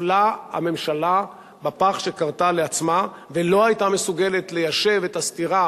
נפלה הממשלה בפח שכרתה לעצמה ולא היתה מסוגלת ליישב את הסתירה